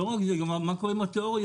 אבל לא רק זה, מה קורה עם התיאוריה?